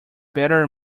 better